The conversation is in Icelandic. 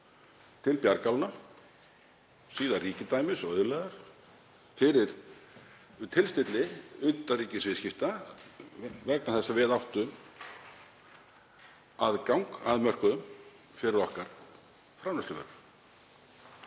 til bjargálna, síðar ríkidæmis og auðlegðar, fyrir tilstilli utanríkisviðskipta vegna þess að við áttum aðgang að mörkuðum fyrir framleiðsluvöru